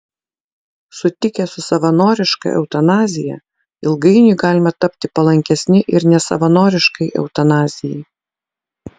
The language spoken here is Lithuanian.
sutikę su savanoriška eutanazija ilgainiui galime tapti palankesni ir nesavanoriškai eutanazijai